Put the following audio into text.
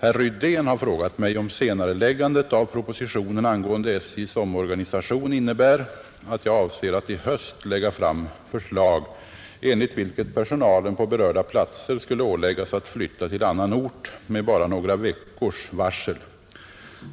Herr Rydén har frågat mig, om senareläggandet av propositionen angående SJ:s omorganisation innebär att jag avser att i höst lägga fram förslag, enligt vilket personalen på berörda platser skulle åläggas att flytta till annan ort med bara några veckors varsel,